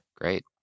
Great